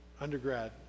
undergrad